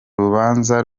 rubanza